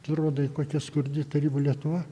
tu rodai kokia skurdi tarybų lietuva